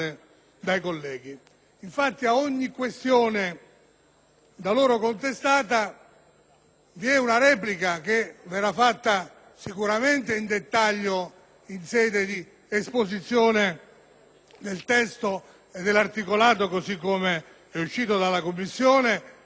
da loro contestata vi è una replica, che verrà fatta sicuramente in dettaglio in sede di esposizione del testo e dell'articolato come pervenuto dalla Commissione e anche in sede di illustrazione e di voto dei singoli emendamenti.